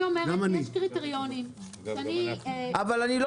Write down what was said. נירה, אמרת שיש לך הצעה לפשרה.